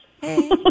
hey